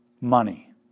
money